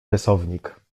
rysownik